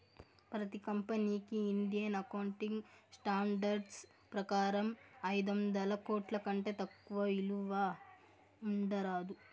ప్రతి కంపెనీకి Indian accounting standards ప్రకారం ఐదొందల కోట్ల కంటే తక్కువ విలువ ఉండరాదు